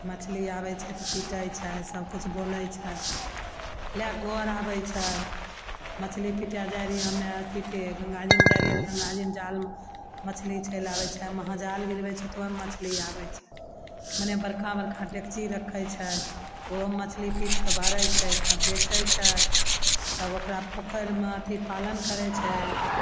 मछली आबय छै तऽ पीटय छै सबकिछु बोलय छै लएके घर आबय छै मछली पीटय जाइ रहियइ हमे अथी गंगा जीमे जाइ रहियइ तऽ गंगा जीमे जालमे मछली चलि आबय छै महाजाल गिरबय छै तऽ ओइमे मछली आबय छै मने बड़का बड़का डेकची रखय छै ओहोमे मछली पीट कऽ भरय छै तब बेचय छै तब ओकरा पोखरिमे अथी पालन करय छै